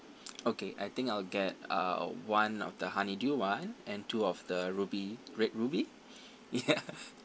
okay I think I'll get uh one of the honeydew one and two of the ruby red ruby ya